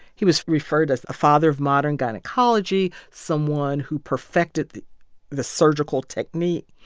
he was referred as a father of modern gynecology, someone who perfected the the surgical technique,